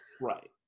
Right